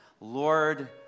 Lord